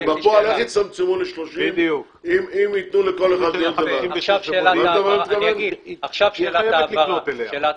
בפועל איך יצמצמו ל-30 אם יתנו לכל אחד --- עכשיו שאלת הבהרה.